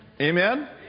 Amen